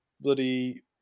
bloody